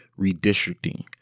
redistricting